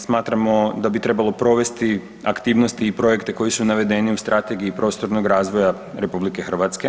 Smatramo da bi trebalo provesti aktivnosti i projekti koji su navedeni u Strategiji prostornog razvoja RH.